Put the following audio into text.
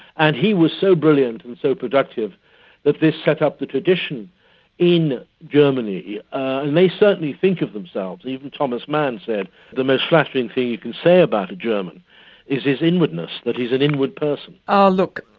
and he was so brilliant and so productive that this set up the tradition in germany and they certainly think of themselves. even thomas mann said the most flattering thing you can say about a german is his inwardness, that he's an inward person. oh, look,